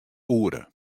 oere